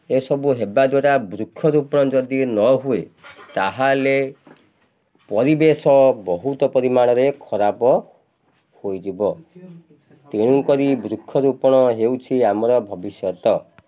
ଏସବୁ ହେବା ଦ୍ୱାରା ବୃକ୍ଷରୋପଣ ଯଦି ନ ହୁଏ ତା'ହେଲେ ପରିବେଶ ବହୁତ ପରିମାଣରେ ଖରାପ ହୋଇଯିବ ତେଣୁ କରି ବୃକ୍ଷରୋପଣ ହେଉଛି ଆମର ଭବିଷ୍ୟତ